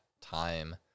time